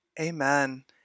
Amen